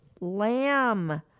lamb